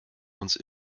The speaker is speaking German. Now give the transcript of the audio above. uns